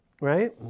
right